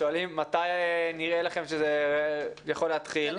שואלים: מתי נראה לכם שזה יכול להתחיל?